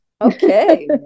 Okay